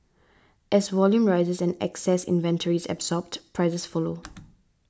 as volume rises and excess inventory is absorbed prices follow